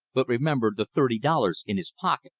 but remembered the thirty dollars in his pocket,